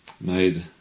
made